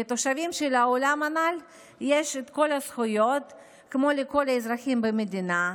לתושבים של העולם הנ"ל יש את כל הזכויות כמו לכל האזרחים במדינה,